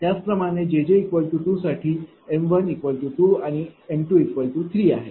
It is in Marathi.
त्याचप्रमाणे jj 2साठी m1 2 m2 3आहे